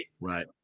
Right